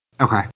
Okay